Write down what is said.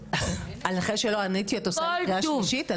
אז אחרי שלא עניתי את עושה קריאה שלישית?